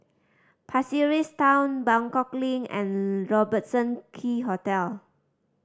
Pasir Ris Town Buangkok Link and Robertson Quay Hotel